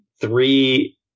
three